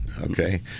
okay